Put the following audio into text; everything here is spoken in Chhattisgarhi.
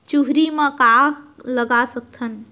चुहरी म का लगा सकथन?